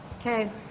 Okay